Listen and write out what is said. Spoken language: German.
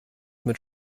mit